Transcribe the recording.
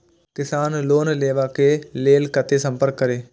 किसान लोन लेवा के लेल कते संपर्क करें?